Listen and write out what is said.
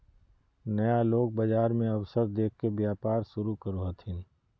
नया लोग बाजार मे अवसर देख के व्यापार शुरू करो हथिन